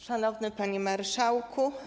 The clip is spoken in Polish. Szanowny Panie Marszałku!